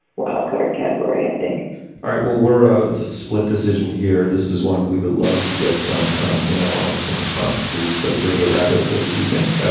wildside category, i think all right, well, we're out. it's a split decision here. this is one we would love to get some mail on some response to. so joe-joe rapid. what did you think?